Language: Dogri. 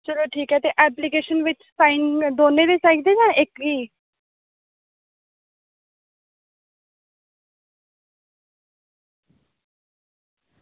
ते चलो ठीक ऐ एप्लीकेशन बिच साईन दौनों दे चाहिदे जां इक्क दे ई